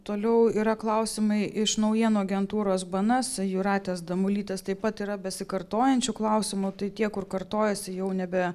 toliau yra klausimai iš naujienų agentūros bns jūratės damulytės taip pat yra besikartojančių klausimų tai tie kur kartojasi jau nebe